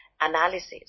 analysis